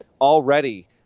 already